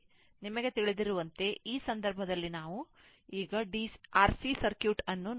ಆದ್ದರಿಂದ ನಿಮಗೆ ತಿಳಿದಿರುವಂತೆ ಈ ಸಂದರ್ಭದಲ್ಲಿ ಈಗ ನಾವು RC ಸರ್ಕ್ಯೂಟ್ ಅನ್ನು ನೋಡುತ್ತಿದ್ದೇವೆ